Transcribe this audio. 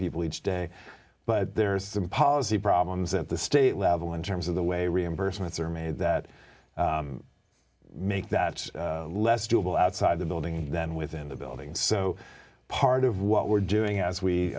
people each day but there is some policy problems at the state level in terms of the way reimbursements are made that make that less doable outside the building and then within the building so part of what we're doing as we